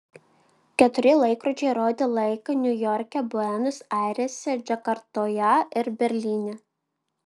keturi laikrodžiai rodė laiką niujorke buenos airėse džakartoje ir berlyne